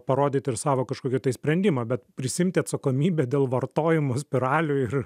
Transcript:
parodyt ir savo kažkokį sprendimą bet prisiimti atsakomybę dėl vartojimo spiralių ir